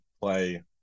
play